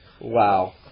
Wow